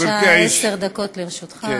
בבקשה, עשר דקות לרשותך.